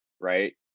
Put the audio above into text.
right